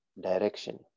direction